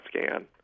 scan